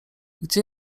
gdzie